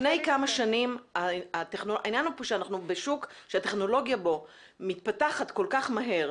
העניין כאן הוא שאנחנו בשוק שהטכנולוגיה בו מתפתחת כל כך מהר,